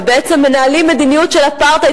ובעצם מנהלים מדיניות של אפרטהייד,